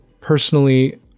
personally